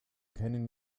kennen